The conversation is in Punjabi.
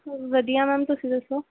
ਵਧੀਆ ਮੈਮ ਤੁਸੀਂ ਦੱਸੋ